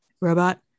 robot